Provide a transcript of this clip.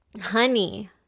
honey